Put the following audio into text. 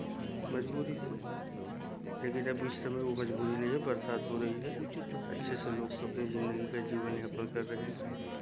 मजबूरी थी लेकिन अब इस समय वह मजबूरी नहीं है बरसात हो रही है अच्छे से लोग अपनी जिंदगी का जीवन यापन कर रहे हैं